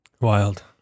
Wild